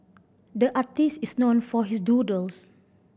the artist is known for his doodles